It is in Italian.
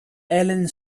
helen